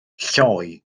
lloi